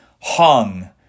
hung